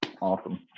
Awesome